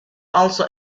also